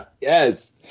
Yes